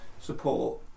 support